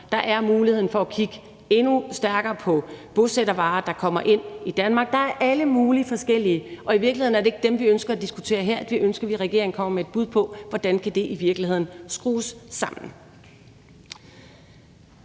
Der er muligheden for at kigge endnu stærkere på bosættervarer, der kommer ind i Danmark. Der er alle mulige forskellige muligheder, og i virkeligheden er det ikke dem, vi ønsker at diskutere her. Vi ønsker, at regeringen kommer med et bud på, hvordan det i virkeligheden kan skrues sammen.